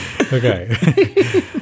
okay